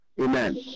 Amen